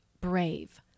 brave